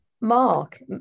Mark